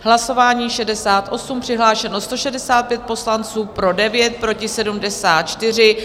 Hlasování číslo 68, přihlášeno 165 poslanců, pro 9, proti 74.